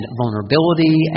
vulnerability